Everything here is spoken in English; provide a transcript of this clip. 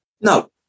No